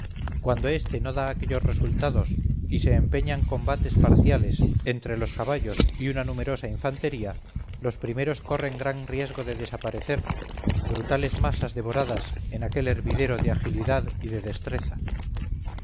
cuando este no da aquellos resultados y se empeñan combates parciales entre los caballos y una numerosa infantería los primeros corren gran riesgo de desaparecer brutales masas devoradas en aquel hervidero de agilidad y de destreza